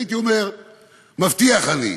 הייתי אומר "מבטיח אני",